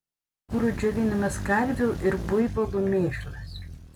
kurui džiovinamas karvių ir buivolų mėšlas